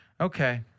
Okay